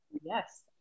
Yes